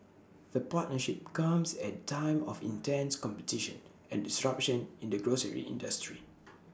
the partnership comes at A time of intense competition and disruption in the grocery industry